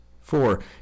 Four